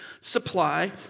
supply